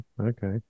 okay